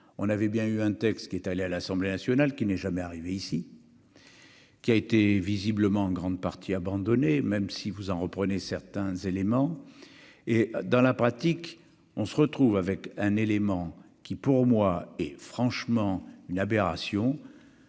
on avait bien eu un texte qui est allé à l'Assemblée nationale qui n'est jamais arrivé ici, qui a été visiblement en grande partie abandonné, même si vous en reprenez certains éléments et dans la pratique, on se retrouve avec un élément qui pour moi est franchement une aberration,